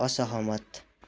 असहमत